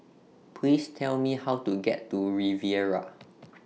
Please Tell Me How to get to Riviera